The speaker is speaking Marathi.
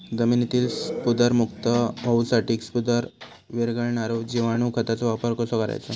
जमिनीतील स्फुदरमुक्त होऊसाठीक स्फुदर वीरघळनारो जिवाणू खताचो वापर कसो करायचो?